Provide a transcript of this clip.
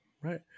Right